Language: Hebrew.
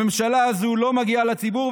הממשלה הזו לא מגיעה לציבור,